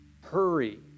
Hurry